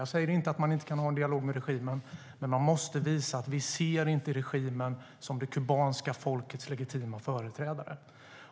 Jag säger inte att man inte kan ha en dialog med regimen, men man måste visa att man inte ser regimen som det kubanska folkets legitima företrädare.